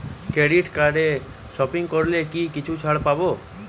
Credit কার্ডে shopping করলে কি কিছু ছাড় পাব?